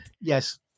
Yes